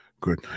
Good